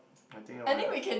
I think I'll have